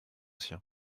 sien